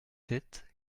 sept